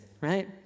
right